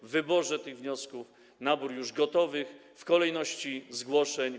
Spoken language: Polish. W wyborze tych wniosków, nabór już gotowych w kolejności zgłoszeń.